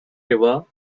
river